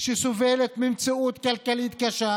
שסובלת ממציאות כלכלית קשה,